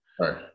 Right